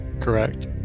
correct